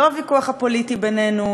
לא הוויכוח הפוליטי בינינו,